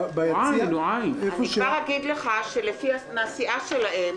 אני כבר אגיד לך שמהסיעה שלהם